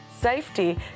Safety